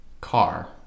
car